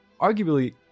Arguably